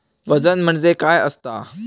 वजन म्हणजे काय असता?